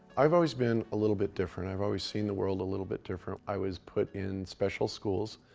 i've always been a little bit different, i've always seen the world a little bit different. i was put in special schools,